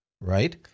right